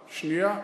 שנייה,